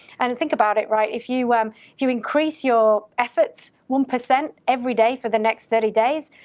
and and think about it, right, if you um you increase your efforts one percent every day for the next thirty days,